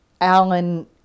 Alan